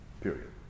period